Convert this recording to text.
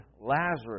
Lazarus